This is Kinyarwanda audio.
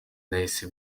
nahise